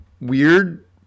weird